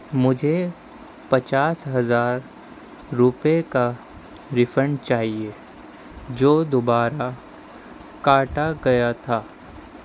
مجھے پچاس ہزار روپے کا ریفنڈ چاہیے جو دوبارہ کاٹا گیا تھا